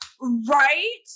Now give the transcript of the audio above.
Right